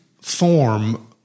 form